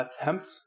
attempt